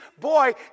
boy